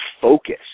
focus